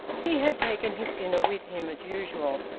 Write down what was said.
he had taken his dinner with him, as usual,